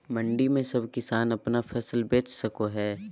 मंडी में सब किसान अपन फसल बेच सको है?